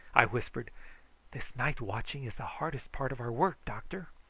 i whispered this night-watching is the hardest part of our work, doctor.